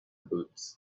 boots